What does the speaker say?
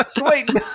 Wait